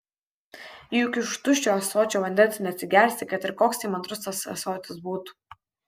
juk iš tuščio ąsočio vandens neatsigersi kad ir koks įmantrus tas ąsotis būtų